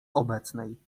obecnej